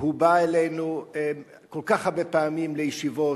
והוא בא אלינו כל כך הרבה פעמים לישיבות.